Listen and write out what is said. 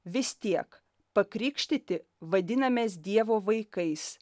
vis tiek pakrikštyti vadinamės dievo vaikais